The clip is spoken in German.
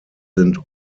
sind